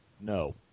No